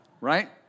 Right